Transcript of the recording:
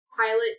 pilot